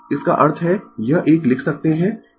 इसका अर्थ है यह एक लिख सकते है